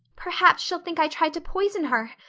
perhaps she'll think i tried to poison her.